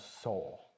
soul